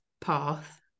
path